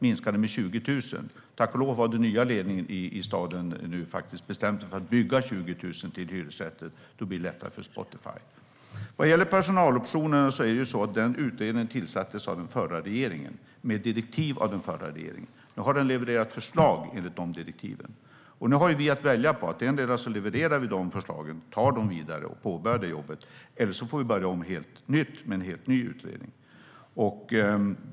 Minskningen var 20 000. Tack och lov har den nya ledningen i staden bestämt sig för att låta bygga ytterligare 20 000 hyresrätter. Då blir det lättare för Spotify. Utredningen om personaloptioner tillsattes av den förra regeringen med direktiv av den förra regeringen. Nu har utredningen levererat förslag enligt de direktiven. Nu har vi att välja på att endera leverera de förslagen, ta dem vidare och påbörja jobbet, eller att börja om helt på nytt med en helt ny utredning.